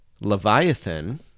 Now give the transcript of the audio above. Leviathan